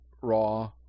Raw